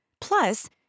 Plus